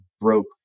broke